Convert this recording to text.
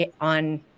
on